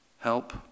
Help